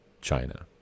China